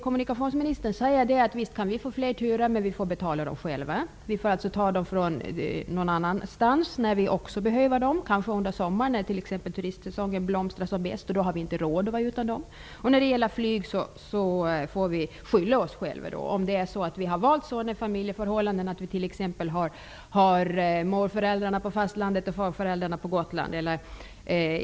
Kommunikationsministern säger att vi visst kan få fler turer, men vi får betala dem själva. Vi får ta resurser någon annanstans ifrån där vi också behöver dem. Vi kanske skall lägga ner turer under sommaren när turistsäsongen blomstrar som bäst och vi inte har råd att vara utan dem? När det gäller flyg får vi skylla oss själva om vi har valt sådana familjeförhållanden att vi t.ex. har morföräldrarna på fastlandet och farföräldrarna på Gotland.